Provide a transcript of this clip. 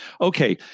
Okay